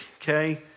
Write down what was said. okay